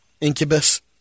Incubus